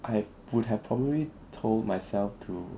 I would have probably told myself to